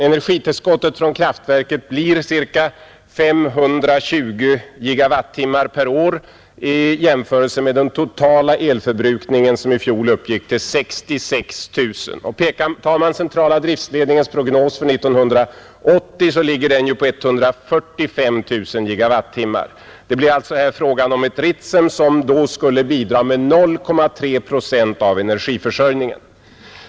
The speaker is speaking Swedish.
Energitillskottet från kraftverket blir ca 520 GWh per år, vilket kan jämföras med den totala elförbrukningen, som i fjol uppgick till 66 000 GWh. Och centrala driftledningens prognos för 1980 ligger ju på 145 000 GWh. Det blir alltså här fråga om ett Ritsem som då skulle bidra med 0,3 procent av energiförsörjningen.